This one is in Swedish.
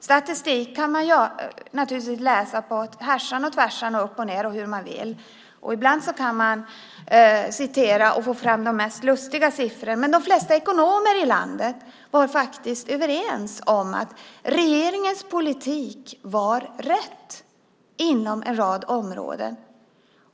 Statistik kan man naturligtvis läsa härs och tvärs, upp och ned och hur man vill, och ibland kan man få fram de mest lustiga siffror. Men de flesta ekonomer i landet var faktiskt överens om att regeringens politik var rätt på en rad områden.